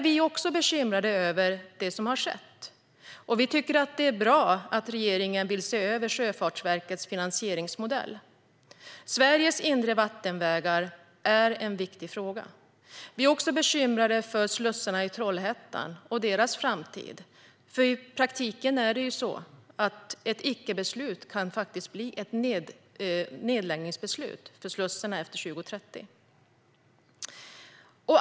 Vi är bekymrade över det som har skett på detta område. Det är bra att regeringen vill se över Sjöfartsverkets finansieringsmodell. Sveriges inre vattenvägar är en viktig fråga. Vi är också bekymrade över slussarna i Trollhättan och deras framtid, för i praktiken kan ett icke-beslut bli ett nedläggningsbeslut för slussarna efter 2030.